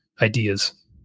ideas